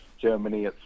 Germany